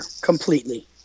completely